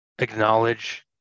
Acknowledge